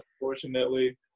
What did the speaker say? unfortunately